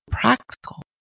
practical